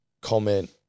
Comment